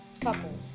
couple